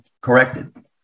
corrected